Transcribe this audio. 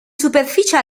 superficie